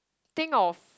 think of